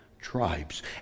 tribes